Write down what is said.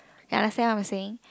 you understand what I'm saying